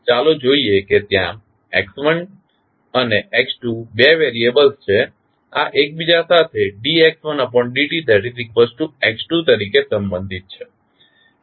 ચાલો જોઈએ કે ત્યાં x1 અને x2 બે વેરીયબલ્સ છે અને આ એકબીજા સાથે dx1dtx2t તરીકે સંબંધિત છે